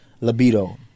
Libido